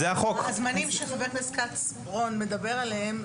הזמנים שחבר הכנסת רון כץ מדבר עליהם,